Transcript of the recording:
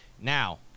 Now